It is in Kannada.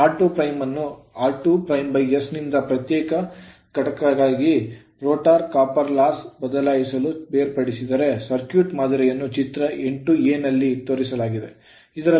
r2'ಅನ್ನು r2 's ನಿಂದ ಪ್ರತ್ಯೇಕ ಘಟಕವಾಗಿ ರೋಟರ್ copper loss ತಾಮ್ರದ ನಷ್ಟವನ್ನು ಬದಲಾಯಿಸಲು ಬೇರ್ಪಡಿಸಿದರೆ ಸರ್ಕ್ಯೂಟ್ ಮಾದರಿಯನ್ನು ಚಿತ್ರ 8a ನಲ್ಲಿ ತೋರಿಸಲಾಗಿದೆ